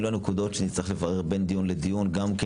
אלה הנקודות שנצטרך לברר בין דיון לדיון גם כן